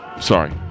Sorry